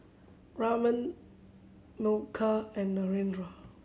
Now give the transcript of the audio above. Raman Milkha and Narendra